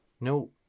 no